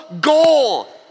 goal